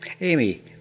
Amy